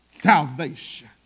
salvation